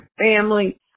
family